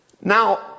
Now